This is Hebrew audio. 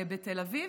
בתל אביב,